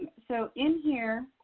so in here,